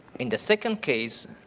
in the second case,